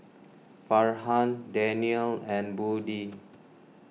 Farhan Danial and Budi